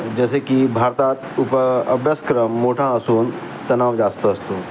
जसे की भारतात उप अभ्यासक्रम मोठा असून तणाव जास्त असतो